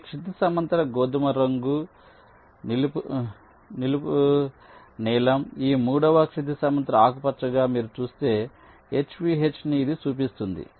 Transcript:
ఇది క్షితిజ సమాంతర గోధుమ రంగు నిలువు నీలం ఈ మూడవ క్షితిజ సమాంతర ఆకుపచ్చగా మీరు చూసే HVH ని ఇది చూపిస్తుంది